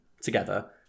together